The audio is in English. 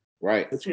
Right